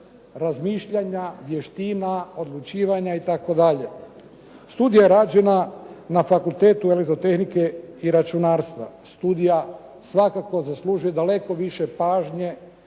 razmišljanja, vještina, odlučivanja itd. Studija je rađena na Fakultetu elektrotehnike i računarstva. Studija svakako zaslužuje daleko više pažnje